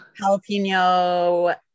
jalapeno